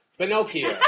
Pinocchio